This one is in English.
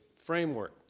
framework